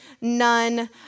none